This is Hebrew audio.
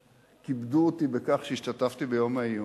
כיבדו אותי בכך שהשתתפתי ביום העיון.